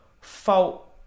fault